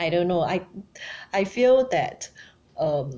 I don't know I I feel that um